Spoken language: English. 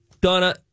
Donna